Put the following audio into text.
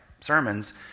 sermons